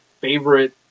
favorite